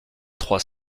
trois